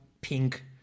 pink